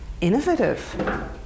innovative